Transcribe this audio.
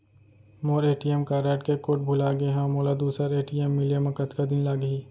मोर ATM card के code भुला गे हव, मोला दूसर ए.टी.एम मिले म कतका दिन लागही?